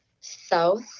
South